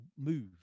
move